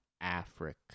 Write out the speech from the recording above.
Africa